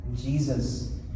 Jesus